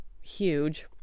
huge